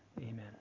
Amen